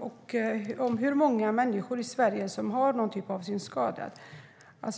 uppgifter om hur många människor i Sverige som har någon form av synskada.